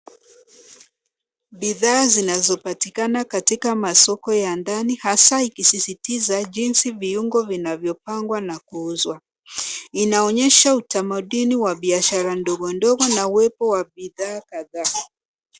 Bidhaa zinazopatikana katika masoko ya ndani, hasaa ikisisitiza jinsi viungo vinavyopangwa na kuuzwa. Inaonyesha utamaduni wa biashara ndogo ndogo na uwepo wa bidhaa kadhaa.